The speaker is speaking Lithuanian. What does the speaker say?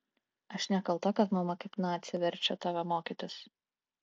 aš nekalta kad mama kaip nacė verčia tave mokytis